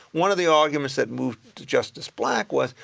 one of the arguments that moved to justice black was,